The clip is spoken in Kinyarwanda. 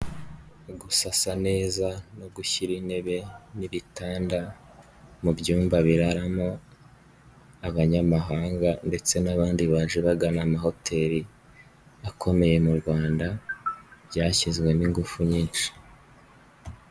Gusasa neza no gushyira intebe n'ibitanda mu byumba biraramo abanyamahanga ndetse n'abandi baje bagana amahoteli akomeye mu rwanda, byashyizwemo ingufu nyinshi.